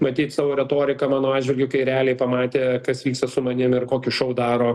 matyt savo retoriką mano atžvilgiu kai realiai pamatė kas vyksta su manim ir kokį šou daro